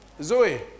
Zoe